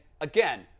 again